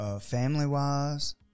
family-wise